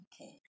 okay